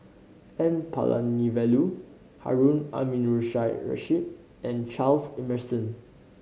N Palanivelu Harun Aminurrashid and Charles Emmerson